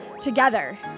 together